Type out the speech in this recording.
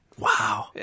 Wow